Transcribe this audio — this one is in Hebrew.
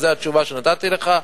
אז זאת התשובה שנתתי לך.